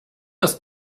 ist